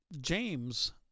James